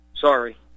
Sorry